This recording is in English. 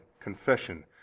confession